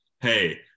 hey